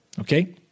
Okay